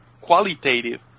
qualitative